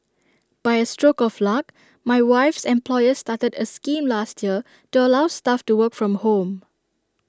by A stroke of luck my wife's employer started A scheme last year to allow staff to work from home